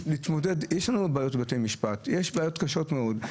יש לנו בעיות בבתי משפט, בעיות קשות מאוד.